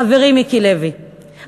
חברי מיקי לוי,